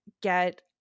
get